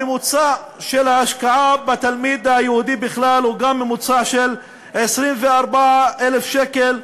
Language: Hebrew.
הממוצע של ההשקעה בתלמיד היהודי בכלל הוא ממוצע של 24,631 שקל.